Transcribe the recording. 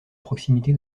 proximité